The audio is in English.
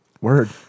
Word